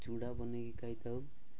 ଚୁଡ଼ା ବନେଇକି ଖାଇଥାଉ